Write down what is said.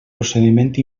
procediment